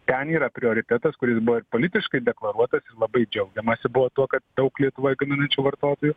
ten yra prioritetas kuris buvo ir politiškai deklaruotas labai džiaugiamasi buvo tuo kad daug lietuvoj gaminančių vartotojų